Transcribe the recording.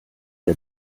der